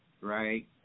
right